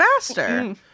faster